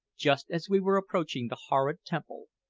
just as we were approaching the horrid temple,